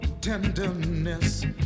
tenderness